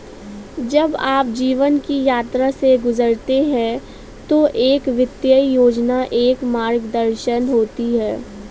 जब आप जीवन की यात्रा से गुजरते हैं तो एक वित्तीय योजना एक मार्गदर्शन होती है